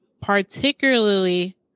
particularly